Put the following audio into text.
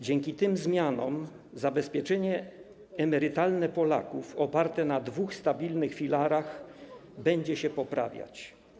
Dzięki tym zmianom zabezpieczenie emerytalne Polaków oparte na dwóch stabilnych filarach będzie się poprawiać.